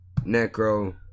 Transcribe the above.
necro